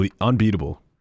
unbeatable